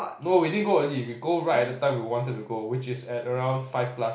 no we didn't go early we go right at the time we wanted to go which is at around five plus